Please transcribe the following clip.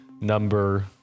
number